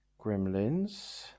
Gremlins